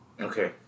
Okay